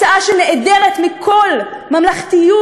הצעה נעדרת כל ממלכתיות,